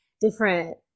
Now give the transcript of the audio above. different